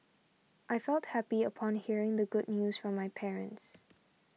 I felt happy upon hearing the good news from my parents